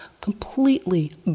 completely